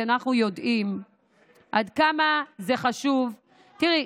כי אנחנו יודעים עד כמה זה חשוב, תראי,